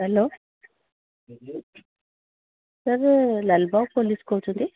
hello ସାରେ Lalbagh police କହୁଛନ୍ତି